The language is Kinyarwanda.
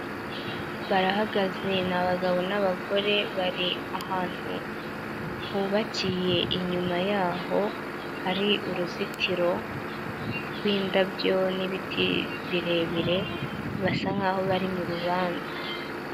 Barahagaze ni abagabo n'abagore bari ahantu hubakiye, inyuma yaho hari uruzitiro rw'indabyo n'ibiti birebire basa nk'aho bari mu rubanza.